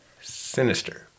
Sinister